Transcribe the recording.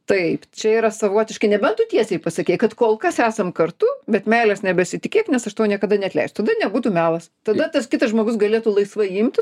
taip čia yra savotiškai nebent tu tiesiai pasakei kad kol kas esam kartu bet meilės nebesitikėk nes aš tau niekada neatleisiu tada nebūtų melas tada tas kitas žmogus galėtų laisvai imti